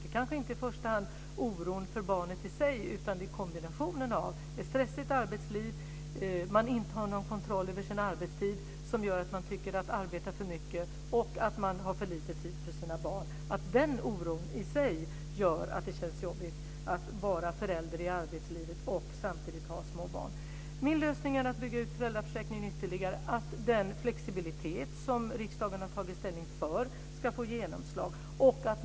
Det är kanske inte i första hand oron för barnet i sig, utan det är kombinationen av ett stressigt arbetsliv och att man inte har någon kontroll över sin arbetstid som gör att man tycker att man arbetar för mycket och att man har för lite tid för sina barn. Den oron i sig gör att det känns jobbigt att vara förälder i arbetslivet och samtidigt ha små barn. Min lösning är att bygga ut föräldraförsäkringen ytterligare och att den flexibilitet som riksdagen har tagit ställning för ska få genomslag.